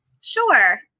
Sure